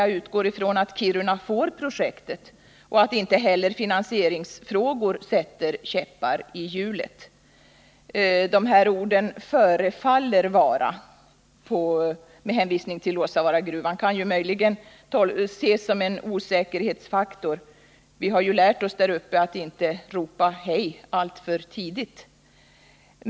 Jag hoppas också att finansieringsfrågan inte kommer att sätta käppar i hjulet. Orden ”förefaller vara” med syftning på Luossavaara-Kirunavaaragruvan kan möjligen betraktas som en osäkerhetsfaktor. Vi har lärt oss där uppe att inte ropa hej alltför tidigt.